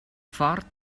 fort